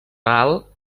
real